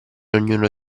ognuno